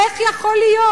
איך יכול להיות?